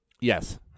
Yes